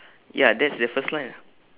ya that's the first line ah